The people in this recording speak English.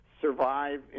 survive